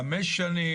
חמש שנים,